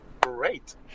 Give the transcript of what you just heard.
great